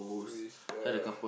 we uh